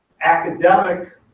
academic